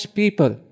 people